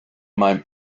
même